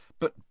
But